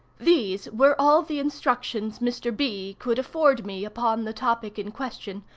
these were all the instructions mr. b. could afford me upon the topic in question,